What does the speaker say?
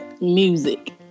music